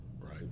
Right